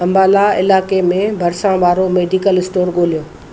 अम्बाला इलाइक़े में भरिसां वारो मेडिकल स्टोर ॻोल्हियो